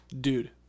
Dude